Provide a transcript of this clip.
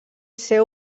ser